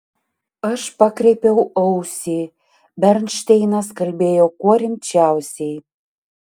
aš pakreipiau ausį bernšteinas kalbėjo kuo rimčiausiai